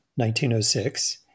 1906